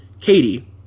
Katie